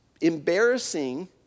embarrassing